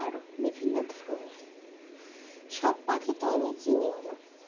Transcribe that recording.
আরও বিভিন্ন ধরনের সব পাখি তো আমি চিনিও না